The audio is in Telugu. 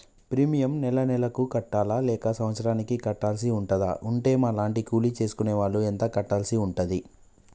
ప్రీమియం నెల నెలకు కట్టాలా లేక సంవత్సరానికి కట్టాల్సి ఉంటదా? ఉంటే మా లాంటి కూలి చేసుకునే వాళ్లు ఎంత కట్టాల్సి ఉంటది?